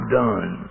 done